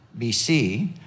BC